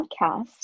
podcast